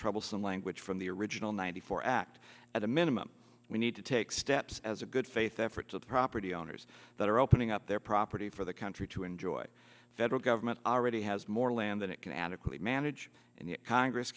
struggle some language from the original ninety four act as a minimum we need to take steps as a good faith effort to the property owners that are opening up their property for the country to enjoy the federal government already has more land than it can adequately manage and the congress